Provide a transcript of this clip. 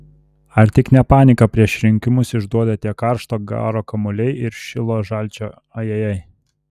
ar tik ne paniką prieš rinkimus išduoda tie karšto garo kamuoliai ir šilo žalčio ajajai